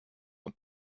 und